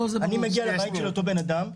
אני מגיע לבית של אותו בן אדם,